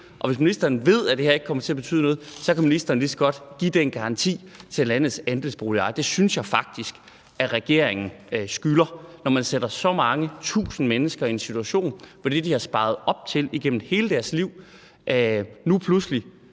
og hvis ministeren ved, at det her ikke kommer til at betyde noget, kan ministeren lige så godt give den garanti til landets andelsboligejere. Det synes jeg faktisk at regeringen skylder, når man sætter så mange tusind mennesker i en situation, hvor det, de har sparet op til igennem hele deres liv, nu pludselig